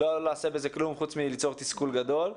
לא נעשה בזה כלום חוץ מליצור תסכול גדול.